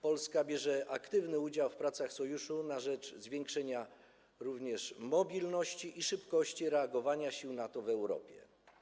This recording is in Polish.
Polska bierze aktywny udział w pracach Sojuszu na rzecz zwiększenia również mobilności i szybkości reagowania sił NATO w Europie.